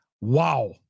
Wow